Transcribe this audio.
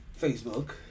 Facebook